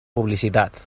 publicitat